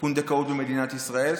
פונדקאות במדינת ישראל.